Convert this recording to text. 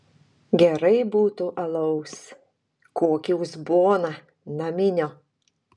gerai būtų alaus kokį uzboną naminio